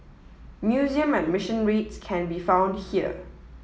museum admission rates can be found here